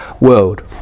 world